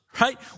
right